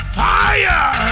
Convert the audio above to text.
fire